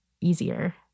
easier